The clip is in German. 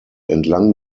entlang